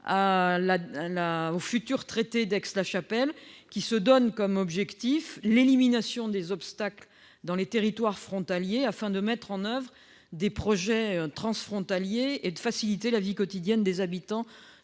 au traité d'Aix-la-Chapelle, qui a pour objectifs d'éliminer les obstacles dans les territoires frontaliers à la mise en oeuvre de projets transfrontaliers et de faciliter la vie quotidienne des habitants